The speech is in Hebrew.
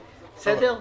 בסדר?